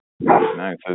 nice